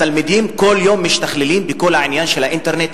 התלמידים כל יום משתכללים בכל העניין של האינטרנט,